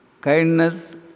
kindness